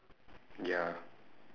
ya